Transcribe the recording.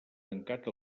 tancat